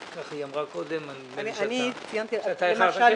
ככה היא אמרה קודם, נדמה לי שאתה איחרת.